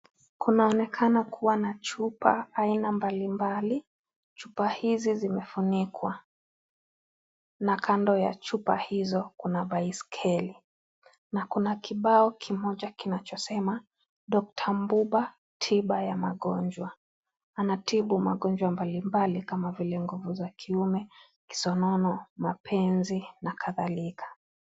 Kunaonekana kuwa na Chupa aina mbali mbali, chupa hizi zimefunikwa na kundo ya chupa hizo Kuna baiskeli na Kuna kibao kimoja kinachosema Dr Mbuba tiba ya Magonjwa. Anamtibu Magonjwa mbali mbali kama vile, nguvu sa kiume, kisonono mapenzi na kadhalika.